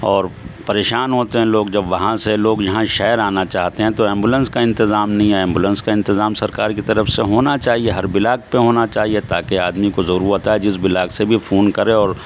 اور پریشان ہوتے ہیں لوگ جب وہاں سے لوگ یہاں شہر آنا چاہتے ہیں تو ایمبولینس کا انتظام نہیں ہے ایمبولینس کا انتظام سرکار کی طرف سے ہونا چاہیے ہر بلاک پہ ہونا چاہیے تاکہ آدمی کو ضرورت ہے جس بلاک سے بھی فون کرے